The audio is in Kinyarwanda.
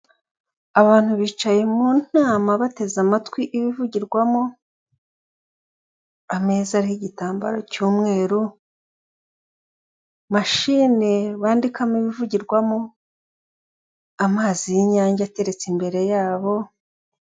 Abantu bicaye mu ntama bateze amatwi ibivugirwamo, ameza ariho igitambaro cy'umweru, mashine bandikamo ibivugirwamo, amazi y'inyange ateretse imbere yabo,...